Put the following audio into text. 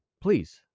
please